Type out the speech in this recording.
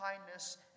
kindness